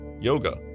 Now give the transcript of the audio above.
yoga